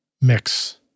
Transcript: mix